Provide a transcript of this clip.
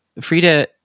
Frida